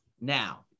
now